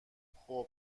خوب